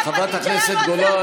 גם את החקיקה הפרטית שלנו עצרת בצד.